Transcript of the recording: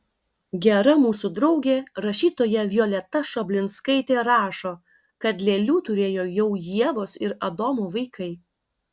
gera mūsų draugė rašytoja violeta šoblinskaitė rašo kad lėlių turėjo jau ievos ir adomo vaikai